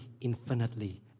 infinitely